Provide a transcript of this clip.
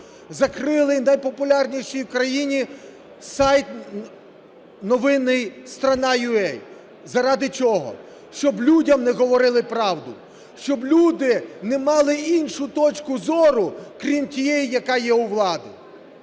Закрили найпопулярніший в країні сайт новинний "Страна.uа". Заради чого? Щоб людям не говорили правду, щоб люди не мали іншу точку зору, крім тієї, яка є у влади.